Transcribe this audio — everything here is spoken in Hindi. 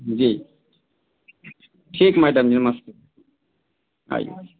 जी ठीक मैडम जी नमस्ते आइए